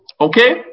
okay